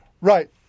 Right